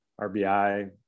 RBI